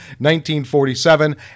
1947